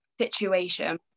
situation